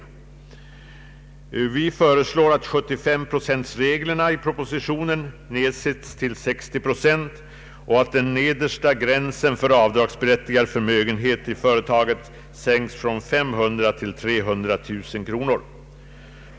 Vi föreslår att 75-procentsregeln i propositionen nedsätts till 60 procent och att den nedersta gränsen för avdragsberättigad förmögenhet i företaget sänks från 500 000 till 300 000 kronor.